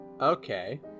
Okay